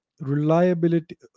Reliability